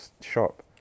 shop